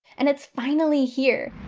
and it's finally here.